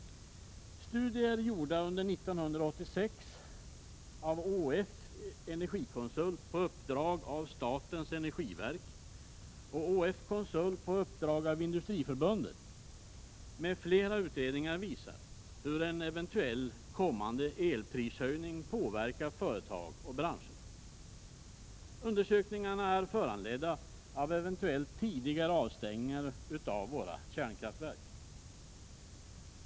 Studier gjorda under 1986 av ÅF Energikonsult på uppdrag av statens energiverk och av ÅF Konsult på uppdrag av Industriförbundet m.fl. utredningar visar hur en eventuell kommande elprishöjning påverkar företag och branscher. Undersökningarna är föranledda av eventuellt tidigare avstängningar av kärnkraftverken.